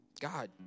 God